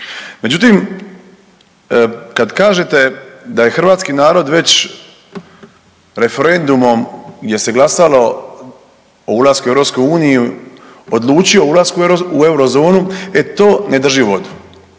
Međutim, kad kažete da je hrvatski narod već referendumom gdje se glasalo o ulasku u EU odlučio o ulasku u eurozonu, e to ne drži vodu.